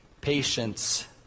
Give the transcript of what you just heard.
patience